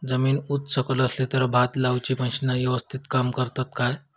जमीन उच सकल असली तर भात लाऊची मशीना यवस्तीत काम करतत काय?